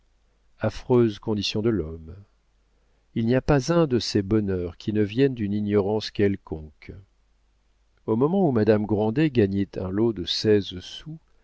affreuse condition de l'homme il n'y a pas un de ses bonheurs qui ne vienne d'une ignorance quelconque au moment où madame grandet gagnait un lot de seize sous